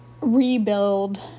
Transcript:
rebuild